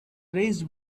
raised